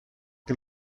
que